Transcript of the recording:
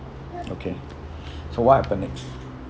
okay so what happened next